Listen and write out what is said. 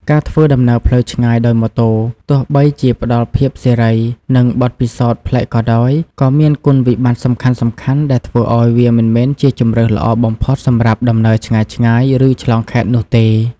ការធ្វើដំណើរផ្លូវឆ្ងាយដោយម៉ូតូ ទោះបីជាផ្តល់ភាពសេរី និងបទពិសោធន៍ប្លែកក៏ដោយ ក៏មានគុណវិបត្តិសំខាន់ៗដែលធ្វើឱ្យវាមិនមែនជាជម្រើសល្អបំផុតសម្រាប់ដំណើរឆ្ងាយៗ ឬឆ្លងខេត្តនោះទេ។